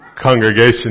congregation